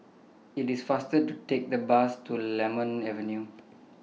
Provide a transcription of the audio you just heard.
IT IS faster to Take The Bus to Lemon Avenue